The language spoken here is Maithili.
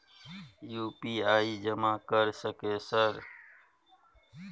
यु.पी.आई जमा कर सके सर?